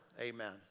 Amen